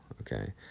okay